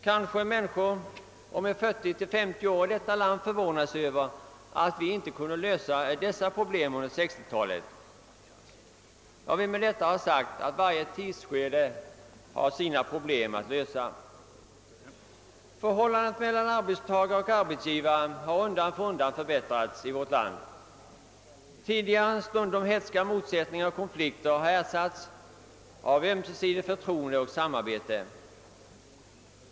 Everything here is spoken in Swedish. Kanske människor om en 40 till 50 år förvånar sig över att vi inte kunde lösa dessa problem under 1960-talet. Jag vill med detta ha sagt att varje tidsskede har sina problem att lösa. Förhållandet mellan arbetstagare och arbetsgivare har undan för undan förbättrats i vårt land. Tidigare stundom hätska motsättningar och konflikter har ersatts av ömsesidigt förtroende och samarbete.